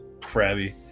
crabby